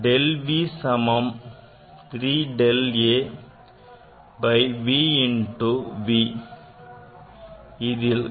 Del v சமம் 3 del a by a into v into v